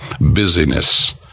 busyness